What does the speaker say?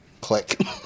Click